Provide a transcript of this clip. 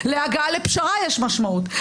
להגעה לפשרה יש משמעות,